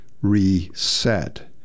reset